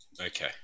Okay